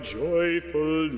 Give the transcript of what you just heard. joyful